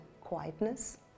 quietness